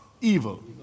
Evil